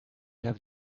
have